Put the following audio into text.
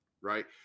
Right